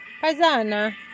Paisana